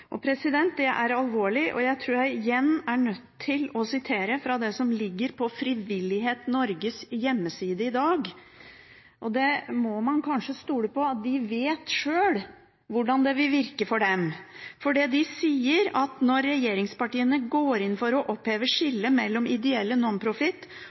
Det er alvorlig. Jeg tror jeg igjen er nødt til å sitere til det som ligger på Frivillighet Norges hjemmeside i dag. Man må kanskje stole på at de sjøl vet hvordan dette vil virke for dem. De sier at når «regjeringspartiene går inn for å oppheve